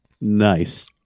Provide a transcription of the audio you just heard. Nice